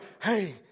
Hey